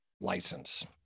license